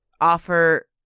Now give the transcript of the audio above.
offer